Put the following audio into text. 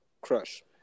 Crush